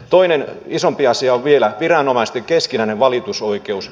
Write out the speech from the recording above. toinen isompi asia on vielä viranomaisten keskinäinen valitusoikeus